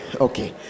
Okay